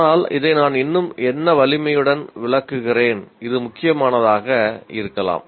ஆனால் இதை நான் இன்னும் என்ன வலிமையுடன் விளக்குகிறேன் இது முக்கியமானதாக இருக்கலாம்